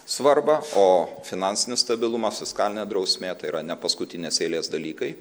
svarbą o finansinis stabilumas fiskalinė drausmė tai yra ne paskutinės eilės dalykai